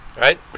right